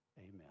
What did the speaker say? Amen